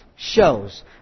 shows